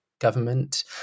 government